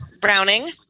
Browning